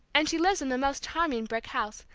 and she lives in the most charming brick house,